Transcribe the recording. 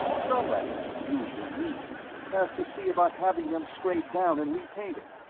somebody usually me has to see about having them scraped down and repainted.